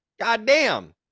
goddamn